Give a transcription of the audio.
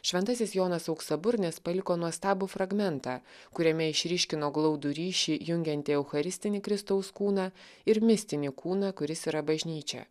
šventasis jonas auksaburnis paliko nuostabų fragmentą kuriame išryškino glaudų ryšį jungiantį eucharistinį kristaus kūną ir mistinį kūną kuris yra bažnyčia